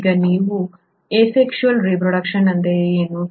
ಈಗ ನೀವು asexual reproduction ಎಂದರೆ ಏನು